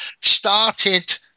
started